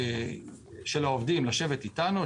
של העובדים לשבת איתנו,